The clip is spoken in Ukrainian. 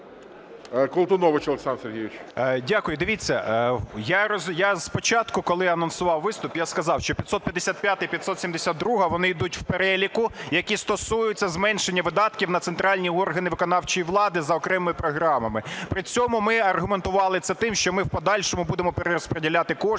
Колтунович Олександр Сергійович.